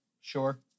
Sure